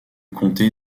comté